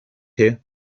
here